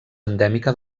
endèmica